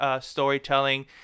storytelling